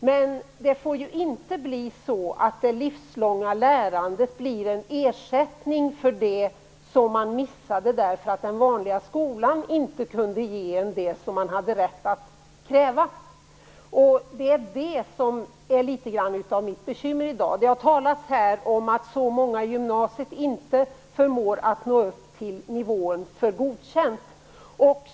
Men det livslånga lärandet får inte bli en ersättning för det som man missade därför att den vanliga skolan inte kunde ge en det som man hade rätt att kräva. Det är det som är litet grand av mitt bekymmer i dag. Det har här talats om att så många i gymnasiet inte förmår nå upp till godkänd nivå.